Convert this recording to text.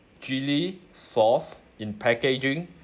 chilli sauce in packaging